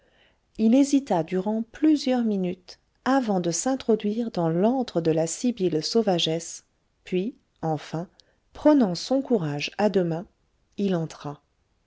il hésita durant plusieurs minutes avant de s'introduire dans l'antre de la sibylle sauvagesse puis enfin prenant son courage à deux mains il entra